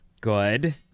Good